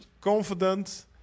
confident